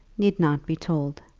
need not be told.